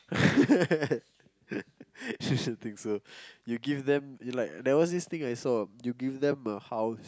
you should think so you give them like there was once this thing I saw you give them a house